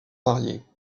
variés